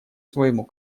своему